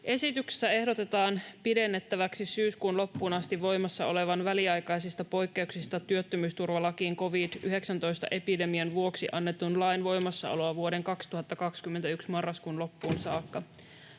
Esityksessä ehdotetaan pidennettäväksi syyskuun loppuun asti voimassa olevan väliaikaisista poikkeuksista työttömyysturvalakiin covid-19-epidemian vuoksi annetun lain voimassaoloa vuoden 2021 marraskuun loppuun saakka.